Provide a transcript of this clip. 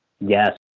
Yes